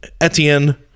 Etienne